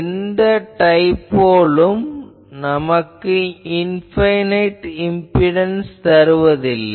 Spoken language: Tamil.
எந்த டைபோலும் நமக்கு இன்பைனைட் இம்பிடன்ஸ் தருவதில்லை